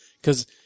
because-